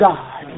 God